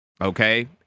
okay